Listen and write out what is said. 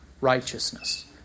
righteousness